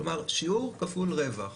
כלומר שיעור כפול רווח.